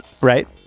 right